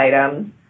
items